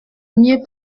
mieux